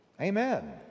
amen